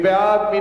מי בעד?